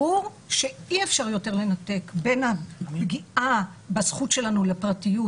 ברור שאי אפשר יותר לנתק בין הנגיעה בזכות שלנו לפרטיות